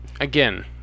again